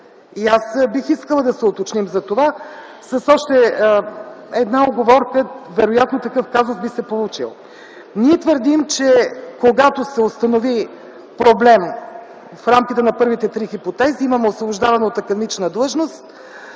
Аз бих искала да се уточним за това с още една уговорка. Вероятно такъв казус би се получил. Ние твърдим, че когато се установи проблем в рамките на първите три хипотези, имаме освобождаване от академична длъжност,